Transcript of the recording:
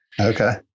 Okay